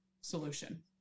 solution